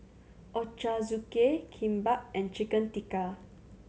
Ochazuke Kimbap and Chicken Tikka